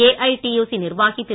AITUC நிர்வாகி திரு